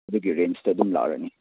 ꯑꯗꯨꯒꯤ ꯔꯦꯟꯁꯇ ꯑꯗꯨꯝ ꯂꯥꯛꯑꯅꯤ